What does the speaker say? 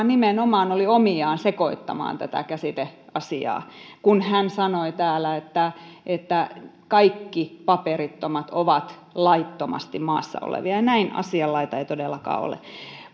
nimenomaan oli omiaan sekoittamaan tätä käsiteasiaa kun hän sanoi täällä että että kaikki paperittomat ovat laittomasti maassa olevia ja näin asian laita ei todellakaan ole